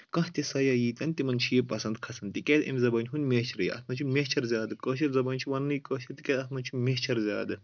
کانٛہہ تہِ سیاح ییٖتیٚن تِمن چھُ یہِ پَسنٛد کھَسن تِکیٛازِ اَمہِ زبٲنۍ ہُنٛد میچرٕے اَتھ منٛز چھُ میچَر زیادٕ کٲشِر زبٲنۍ چھُ وَننٕے کٲشِر تِکیازِ اَتھ منٛز چھِ میچھر زیادٕ